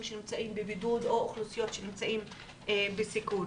שנמצאים בבידוד או אוכלוסיות שנמצאות בסיכון?